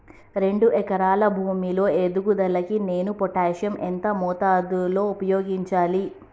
రెండు ఎకరాల భూమి లో ఎదుగుదలకి నేను పొటాషియం ఎంత మోతాదు లో ఉపయోగించాలి?